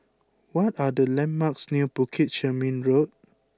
what are the landmarks near Bukit Chermin Road